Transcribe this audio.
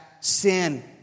sin